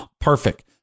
perfect